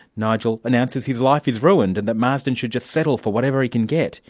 nigel announces his life is ruined and that marsden should just settle for whatever he can get.